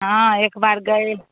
हाँ एक बार गए